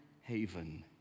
haven